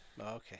Okay